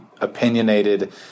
opinionated